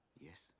yes